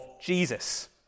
Jesus